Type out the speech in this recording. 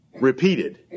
repeated